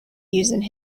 using